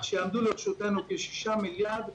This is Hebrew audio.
כך שיעמדו לרשותנו כשישה מיליארד.